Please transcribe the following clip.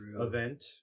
event